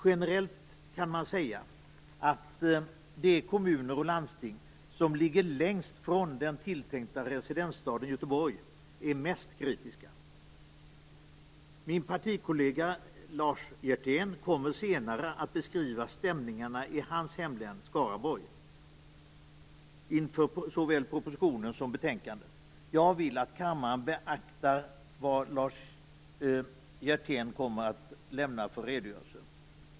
Generellt kan man säga att de kommuner och landsting som ligger längst ifrån den tilltänkta residensstaden, Göteborg, är mest kritiska. Min partikollega Lars Hjertén kommer senare att beskriva stämningarna i sitt hemlän, Skaraborg, inför såväl propositionen som betänkandet. Jag vill att kammaren beaktar vad Lars Hjertén kommer att lämna för redogörelse.